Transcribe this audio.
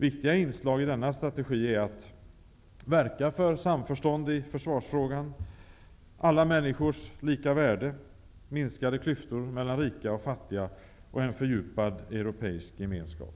Viktiga inslag i denna strategi är att verka för samförstånd i försvarsfrågan, alla människors lika värde, minskade klyftor mellan rika och fattiga och en fördjupad europeisk gemenskap.